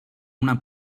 una